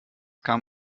kam